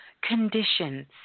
conditions